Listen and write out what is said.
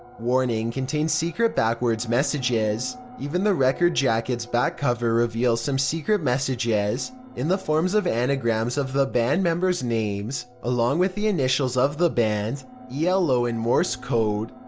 warning contains secret backward messages. even the record jacket's back cover reveals some secret messages in the form so of anagrams of the band members' names, along with the initials of the band yeah elo in morse code.